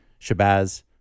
Shabazz